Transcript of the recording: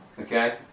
Okay